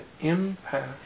impact